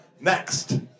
next